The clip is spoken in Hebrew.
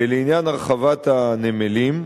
לעניין הרחבת הנמלים,